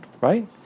Right